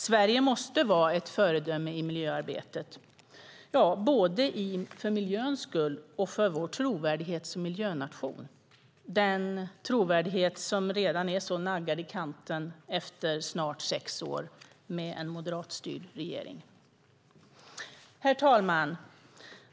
Sverige måste vara ett föredöme i miljöarbetet, både för miljöns skull och för vår trovärdighet som miljönation - den trovärdighet som redan är så naggad i kanten efter snart sex år med en moderatstyrd regering. Herr talman!